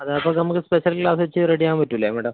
അത് അപ്പക്ക് നമുക്ക് സ്പെഷ്യൽ ക്ലാസ് വെച്ച് റെഡി ആവാൻ പറ്റില്ലേ മേഡം